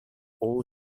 old